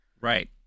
Right